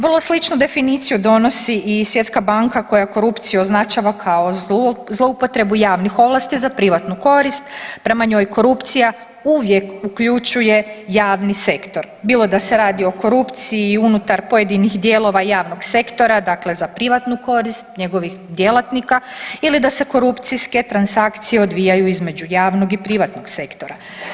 Vrlo sličnu definiciju donosi i Svjetska banka koja korupciju označava kao zloupotrebu javnih ovlasti za privatnu korist, prema njoj korupcija uvijek uključuje javni sektor, bilo da se radi o korupciji unutar pojedinih dijelova javnog sektora dakle za privatnu korist njegovih djelatnika ili da se korupcijske transakcije odvijaju između javnog i privatnog sektora.